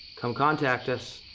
come contact us.